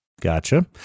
Gotcha